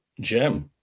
Jim